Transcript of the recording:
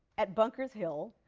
at bunker's hill.